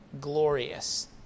glorious